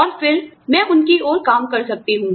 और फिर मैं उनकी ओर काम कर सकती हूँ